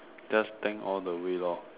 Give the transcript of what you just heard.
just thank all the way lor